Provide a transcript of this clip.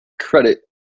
credit